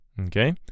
Okay